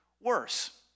worse